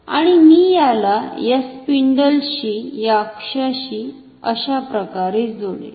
आणि मी याला या स्पिंडल शी या अक्षाशी अशाप्रकारे जोडेल